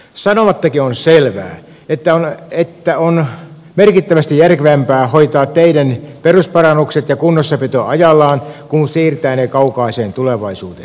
sanomattakin on selvää että on merkittävästi järkevämpää hoitaa teiden perusparannukset ja kunnossapito ajallaan kuin siirtää ne kaukaiseen tulevaisuuteen